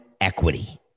equity